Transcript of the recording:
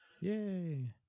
Yay